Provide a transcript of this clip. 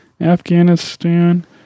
Afghanistan